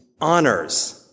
honors